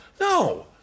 no